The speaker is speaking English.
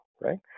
right